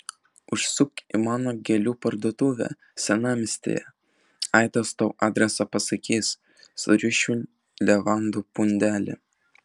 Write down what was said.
užsuk į mano gėlių parduotuvę senamiestyje aidas tau adresą pasakys surišiu levandų pundelį